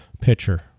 pitcher